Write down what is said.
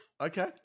Okay